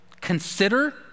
consider